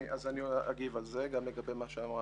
אני אגיד על זה וגם לגבי שפעת.